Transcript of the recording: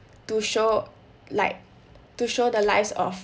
to show like to show the lives of